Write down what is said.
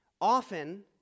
often